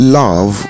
love